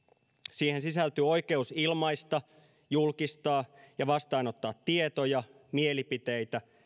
siihen sisältyy oikeus ilmaista julkistaa ja vastaanottaa tietoja mielipiteitä